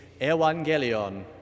evangelion